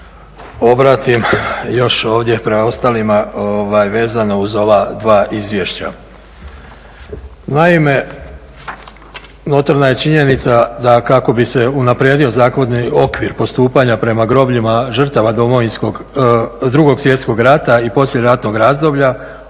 obratim još ovdje preostalima vezano uz ova dva izvješća. Naime, notorna je činjenica da kako bi se unaprijedio zakonski okvir postupanja prema grobljima žrtava Drugog svjetskog rata i poslijeratnog razdoblja,